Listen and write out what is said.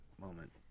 moment